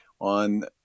on